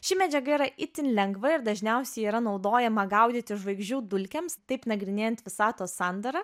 ši medžiaga yra itin lengva ir dažniausiai yra naudojama gaudyti žvaigždžių dulkėms taip nagrinėjant visatos sandarą